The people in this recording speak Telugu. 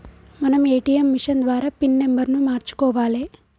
మనం ఏ.టీ.యం మిషన్ ద్వారా పిన్ నెంబర్ను మార్చుకోవాలే